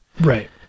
Right